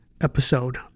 episode